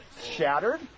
shattered